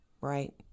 right